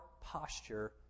posture